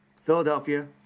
Philadelphia